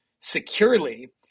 Securely